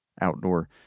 outdoor